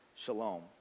Shalom